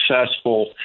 successful